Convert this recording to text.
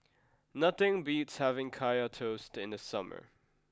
nothing beats having Kaya Toast in the summer